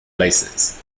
places